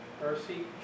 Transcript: Mercy